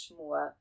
more